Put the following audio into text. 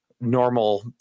normal